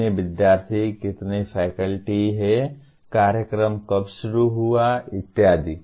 कितने विद्यार्थी कितने फैकल्टी हैं कार्यक्रम कब शुरू हुआ इत्यादि